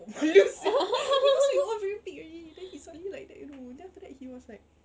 buat malu seh because we all very big already then he suddenly like that you know then after that he was like